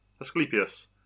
Asclepius